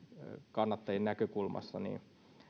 kannattajien